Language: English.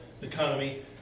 economy